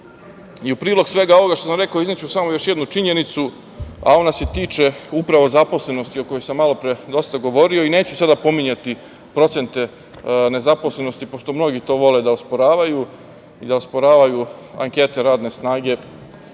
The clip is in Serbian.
prilog svega ovoga što sam rekao izneću samo još jednu činjenicu, a ona se tiče upravo zaposlenosti o kojoj sam malopre dosta govorio, neću sada pominjati procente nezaposlenosti pošto mnogi to vole da osporavaju i da osporavaju ankete radne snage